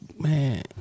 man